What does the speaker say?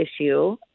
issue